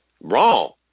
Wrong